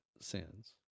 sins